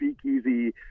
speakeasy